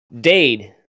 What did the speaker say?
Dade